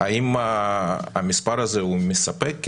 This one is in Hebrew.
האם המספר הזה הוא מספק.